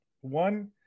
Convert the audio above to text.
one